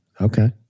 Okay